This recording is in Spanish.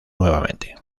nuevamente